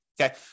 okay